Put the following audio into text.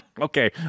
Okay